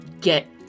get